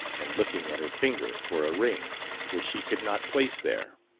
and looking at her finger for a ring which he could not place there.